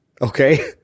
Okay